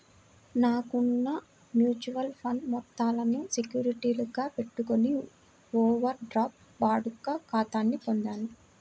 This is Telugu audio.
నాకున్న మ్యూచువల్ ఫండ్స్ మొత్తాలను సెక్యూరిటీలుగా పెట్టుకొని ఓవర్ డ్రాఫ్ట్ వాడుక ఖాతాని పొందాను